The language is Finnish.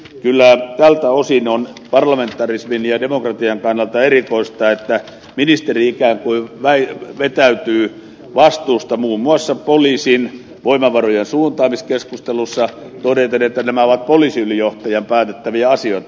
kyllä tältä osin on parlamentarismin ja demokratian kannalta erikoista että ministeri ikään kuin vetäytyy vastuusta muun muassa poliisin voimavarojen suuntaamiskeskustelussa todeten että nämä ovat poliisiylijohtajan päätettäviä asioita